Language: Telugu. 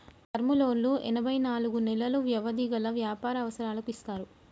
టర్మ్ లోన్లు ఎనభై నాలుగు నెలలు వ్యవధి గల వ్యాపార అవసరాలకు ఇస్తారు